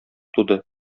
туды